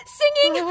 singing